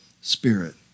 spirit